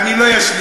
אני לא אשלים,